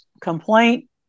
complaint